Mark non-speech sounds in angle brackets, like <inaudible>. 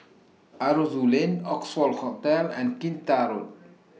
<noise> Aroozoo Lane Oxford Hotel and Kinta Road <noise>